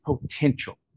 potential